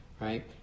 right